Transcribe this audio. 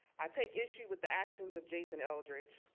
i take issue with the actions of jason eldredge,